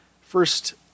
first